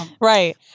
Right